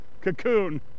cocoon